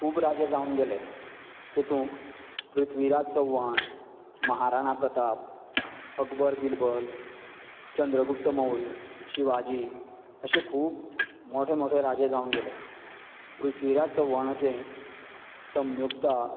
खूब राजा जावन गेले तेतूंत पृथ्वीराज चव्हाण महाराणा प्रताप अकबर बिरबल चंद्रगुप्त मौर्य शिवाजी अशें खूब मोठे मोठे राजा जावन गेले पृथ्वीराज चव्हाणाचें संयुक्ता